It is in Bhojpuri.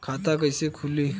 खाता कईसे खुली?